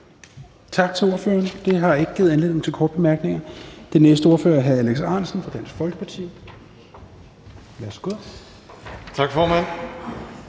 Tak til ordføreren. Det har ikke givet anledning til korte bemærkninger. Den næste ordfører er hr. Alex Ahrendtsen fra Dansk Folkeparti. Værsgo. Kl.